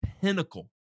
pinnacle